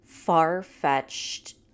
far-fetched